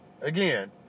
Again